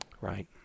Right